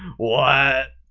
what!